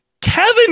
Kevin